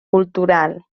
cultural